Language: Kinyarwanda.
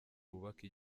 bubaka